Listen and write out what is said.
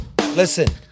Listen